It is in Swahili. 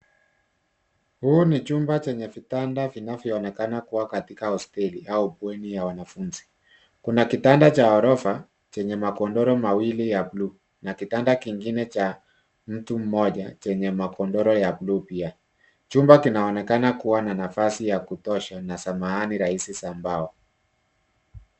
Huu ni chumba chenye vitanda vinavyoonekana kuwa katika hosteli au bweni ya wanafunzi. Kuna kitanda cha ghorofa chenye magodoro mawili ya buluu na kitanda kingine cha mtu mmoja chenye magodoro ya buluu pia. Chumba kinaonekana kuwa na nafasi ya kutosha na samani rahisi za mbao.